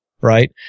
right